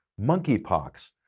Monkeypox